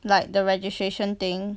like the registration thing